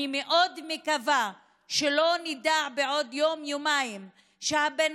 אני מאוד מקווה שלא נדע בעוד יום-יומיים שהבן